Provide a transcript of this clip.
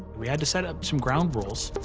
we had to set up some ground rules.